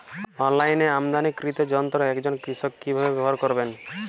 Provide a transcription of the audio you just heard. অনলাইনে আমদানীকৃত যন্ত্র একজন কৃষক কিভাবে ব্যবহার করবেন?